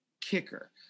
kicker